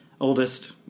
oldest